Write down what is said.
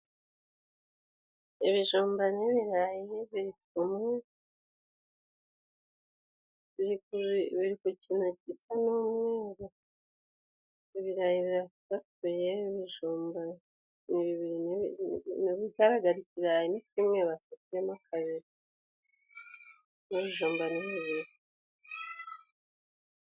Ibijumba n'ibirayi biri kumwe biri ku kintu gisa n'umweru. Ibirayi birasatuye, ibijumba ni bibiri. Mu bigaragara, ikirayi ni kimwe basatuyemo kabiri, n'ibijumba ni bibiri.